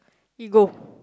ego